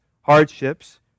hardships